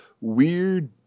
weird